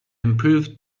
improved